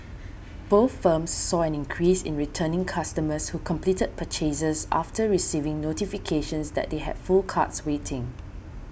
both firms saw an increase in returning customers who completed purchases after receiving notifications that they had full carts waiting